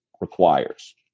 requires